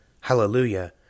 HALLELUJAH